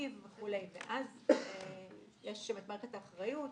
ואז יש את האחריות,